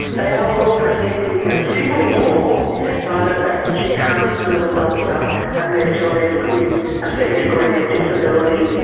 are well protected in the civil law by the fact that you can't sue a doctor unless you're left with a fair degree of disability.